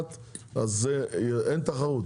אין תחרות.